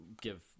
give